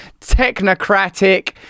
technocratic